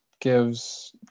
gives